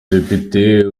depite